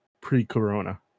pre-Corona